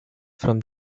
from